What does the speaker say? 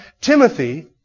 Timothy